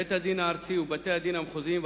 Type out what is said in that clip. בית-הדין הארצי ובתי-הדין המחוזיים,